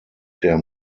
der